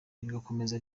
rikomeza